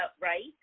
Right